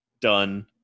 done